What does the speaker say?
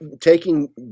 taking